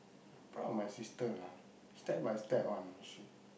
proud of my sister lah step by step one you know she